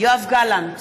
יואב גלנט,